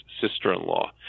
sister-in-law